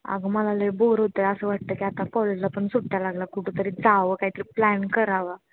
अगं आता कॉलेजला पण सुट्ट्या लागल्या कुठंतरी जावं काही तरी प्लॅन करावा